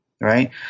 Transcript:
Right